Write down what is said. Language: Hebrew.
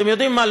ואתם יודעים מה,